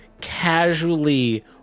casually